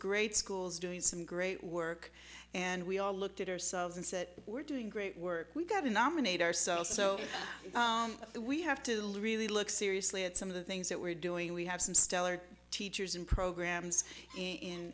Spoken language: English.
great schools doing some great work and we all looked at ourselves and said we're doing great work we got to nominate ourselves so we have to really look seriously at some of the things that we're doing we have some stellar teachers and programs in